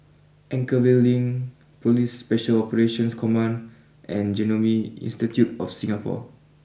Anchorvale Link police special Operations Command and Genome Institute of Singapore